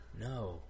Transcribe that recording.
no